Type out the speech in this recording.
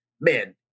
Man